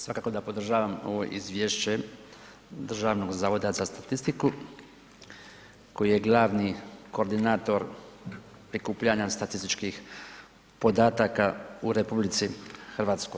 Svakako da podržavam ovo izvješće Državnog zavoda za statistiku koji je glavni koordinator prikupljanja statističkih podataka u RH.